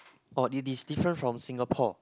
orh it is different from Singapore